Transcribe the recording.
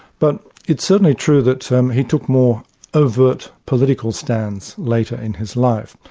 but it's certainly true that so um he took more overt political stands later in his life.